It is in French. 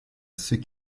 ceux